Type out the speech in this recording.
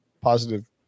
positive